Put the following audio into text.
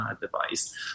device